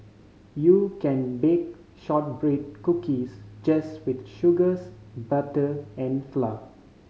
you can bake shortbread cookies just with sugars butter and flour